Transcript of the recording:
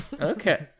Okay